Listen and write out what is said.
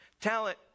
talent